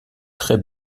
très